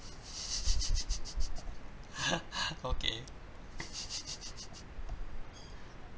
okay